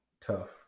tough